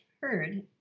heard